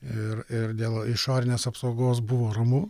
ir ir dėl išorinės apsaugos buvo ramu